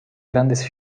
grandes